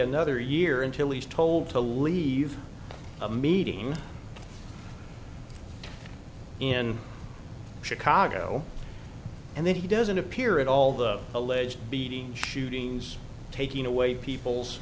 another year until he's told to leave a meeting in chicago and then he doesn't appear at all the alleged beating shooting is taking away people's